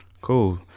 cool